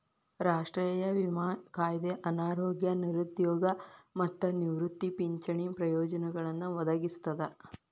ರಾಷ್ಟ್ರೇಯ ವಿಮಾ ಕಾಯ್ದೆ ಅನಾರೋಗ್ಯ ನಿರುದ್ಯೋಗ ಮತ್ತ ನಿವೃತ್ತಿ ಪಿಂಚಣಿ ಪ್ರಯೋಜನಗಳನ್ನ ಒದಗಿಸ್ತದ